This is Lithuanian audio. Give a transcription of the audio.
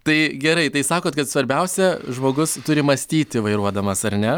tai gerai tai sakot kad svarbiausia žmogus turi mąstyti vairuodamas ar ne